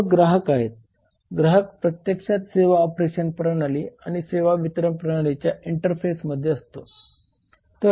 मग ग्राहक आहेत ग्राहक प्रत्यक्षात सेवा ऑपरेशन प्रणाली आणि सेवा वितरण प्रणालीच्या इंटरफेसमध्ये असतो